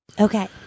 Okay